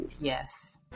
Yes